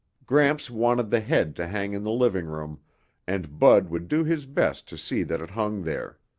gramps wanted the head to hang in the living room and bud would do his best to see that it hung there.